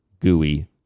gooey